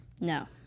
No